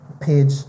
page